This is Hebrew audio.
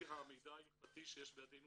על פי המידע ההלכתי שיש בידינו